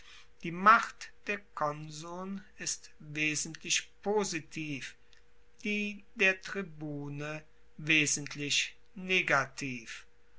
die macht der konsuln ist wesentlich positiv die der tribune wesentlich negativ